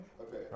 Okay